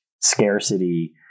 scarcity